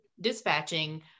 dispatching